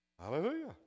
Hallelujah